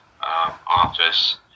office